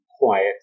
quiet